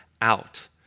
out